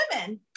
women